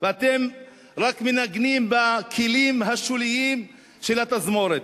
ואתם רק מנגנים בכלים השוליים של התזמורת.